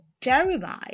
jeremiah